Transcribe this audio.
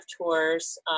tours